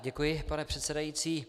Děkuji, pane předsedající.